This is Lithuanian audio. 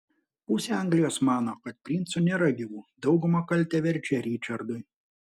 pusė anglijos mano kad princų nėra gyvų dauguma kaltę verčia ričardui